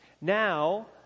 Now